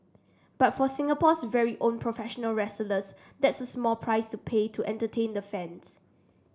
but for Singapore's very own professional wrestlers that's a small price to pay to entertain the fans